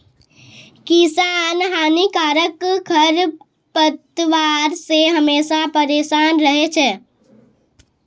किसान हानिकारक खरपतवार से हमेशा परेसान रहै छै